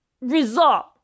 result